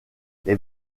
les